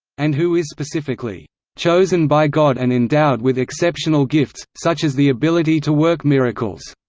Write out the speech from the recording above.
and who is specifically chosen by god and endowed with exceptional gifts, such as the ability to work miracles.